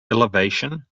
elevation